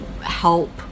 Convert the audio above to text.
help